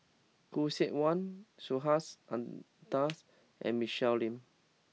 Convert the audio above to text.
Khoo Seok Wan Subhas Anandan's and Michelle Lim